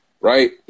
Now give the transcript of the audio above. Right